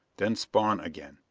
then spawn again.